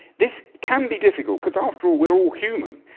this can be difficult, because after all we're all human,